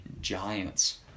Giants